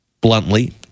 bluntly